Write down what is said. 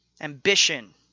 Ambition